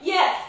Yes